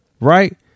Right